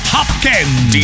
Hopkins